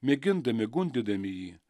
mėgindami gundydami jį